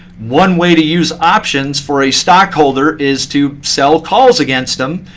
one way to use options for a stockholder is to sell calls against them.